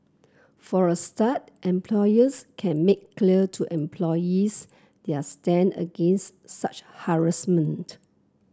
for a start employers can make clear to employees their stand against such harassment